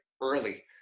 early